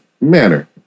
manner